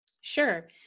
Sure